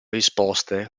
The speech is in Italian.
risposte